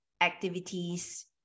activities